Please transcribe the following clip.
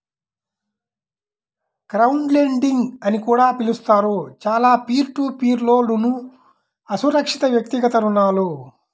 crowdlending అని కూడా పిలుస్తారు, చాలా పీర్ టు పీర్ లోన్లుఅసురక్షితవ్యక్తిగత రుణాలు